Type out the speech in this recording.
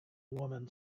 woman